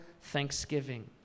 thanksgiving